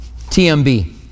TMB